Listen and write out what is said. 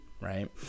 right